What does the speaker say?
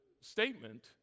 statement